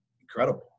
incredible